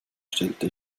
stellte